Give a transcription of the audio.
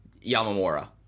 Yamamura